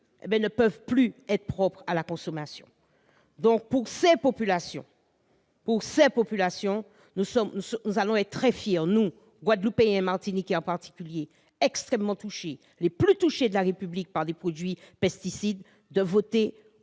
ces oeufs du pays sont impropres à la consommation. Pour ces populations, nous sommes très fiers, nous, Guadeloupéens et Martiniquais en particulier, citoyens les plus touchés de la République par les produits pesticides, de voter